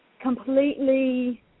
completely